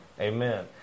amen